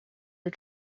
are